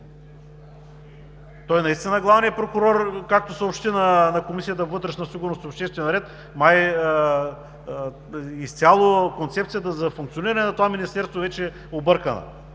Той, наистина, главният прокурор, както съобщи на Комисията по вътрешна сигурност и обществен ред, май изцяло концепцията за функциониране на това министерство вече е объркана,